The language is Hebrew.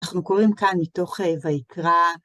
אנחנו קוראים כאן מתוך ויקרא.